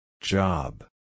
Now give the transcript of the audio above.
Job